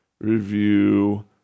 review